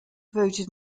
voted